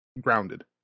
grounded